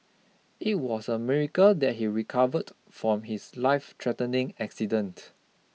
it was a miracle that he recovered from his life-threatening accident